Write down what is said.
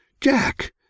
Jack